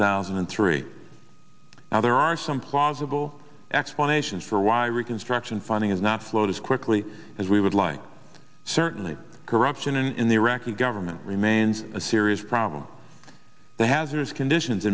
thousand and three now there are some plausible explanations for why reconstruction funding is not float as quickly as we would like certainly corruption in the iraqi government remains a serious problem the hazardous conditions